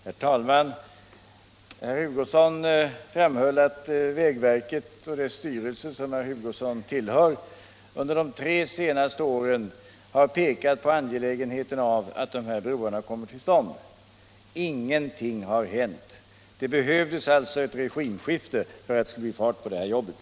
Herr talman! Herr Hugosson framhöll att vägverket och dess styrelse, som herr Hugosson tillhör, under de tre senaste åren visat på det angelägna i att dessa broar kommer till stånd. Ingenting har hänt. Det behövdes alltså ett regimskifte för att det skulle bli fart på det här jobbet!